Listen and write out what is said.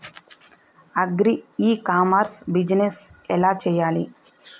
Agri e commerce business ఎలా చెయ్యాలి?